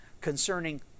concerning